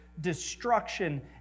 destruction